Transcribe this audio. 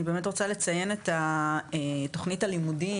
אני באמת רוצה לציין את תוכנית הלימודים